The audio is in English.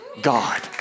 God